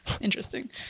Interesting